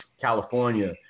California